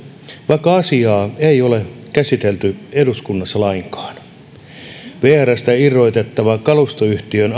vaikka asiaa ei ole käsitelty eduskunnassa lainkaan vrstä irrotettava kalustoyhtiön